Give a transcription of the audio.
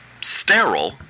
sterile